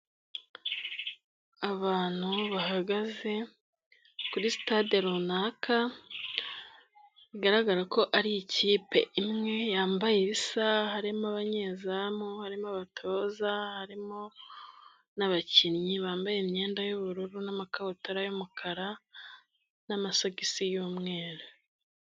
Abantu bahagaze kuri sitade runaka bigaragara ko ari ikipe imwe yambaye ibisa harimo abanyezamu, harimo abatoza, harimo n'abakinnyi bambaye imyenda y'ubururu n'amakabutura y'umukara n'amasogisi y'umweru.